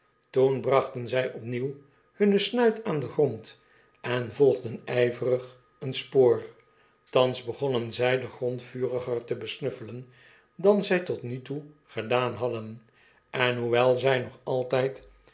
toen brachten zij opnieuw hun snuit aan den grond en volgden ijverig een spoor thans begonnen zij den grond vuriger te besnuffelen dan zij tot nu toe gedaan hadden en hoewel zij nog altijd